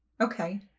Okay